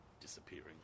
disappearing